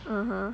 (uh huh)